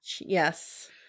yes